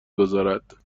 گذارد